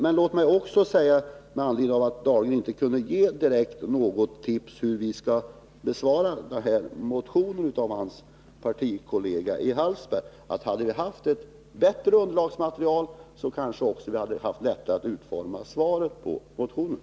Men låt mig också, med anledning av att Anders Dahlgren inte direkt kunde ge något tips om hur vi skall besvara motionen av hans partikollega i Hallsberg, säga att om vi hade haft ett bättre underlagsmaterial hade vi kanske också haft lättare att utforma svaret på motionen.